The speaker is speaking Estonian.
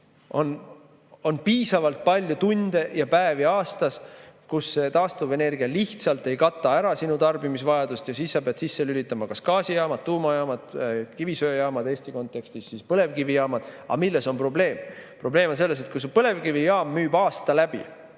on piisavalt palju tunde ja päevi aastas, kus taastuvenergia ei kata ära sinu tarbimisvajadust, aga siis sa pead sisse lülitama kas gaasijaamad, tuumajaamad või kivisöejaamad, Eesti kontekstis siis põlevkivijaamad. Aga milles on probleem? Probleem on selles. Kui see põlevkivijaam müüb aasta läbi,